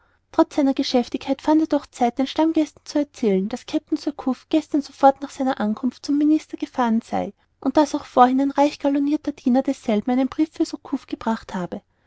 trotz seiner geschäftigkeit fand er doch zeit den stammgästen zu erzählen daß kapitän surcouf gestern sofort nach seiner ankunft zum minister gefahren sei und daß auch vorhin ein reich gallonirter diener desselben einen brief für surcouf gebracht habe